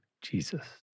Jesus